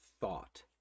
thought